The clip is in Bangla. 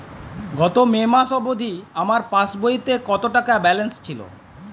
গত মে মাস অবধি আমার পাসবইতে কত টাকা ব্যালেন্স ছিল?